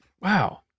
Wow